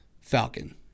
Falcon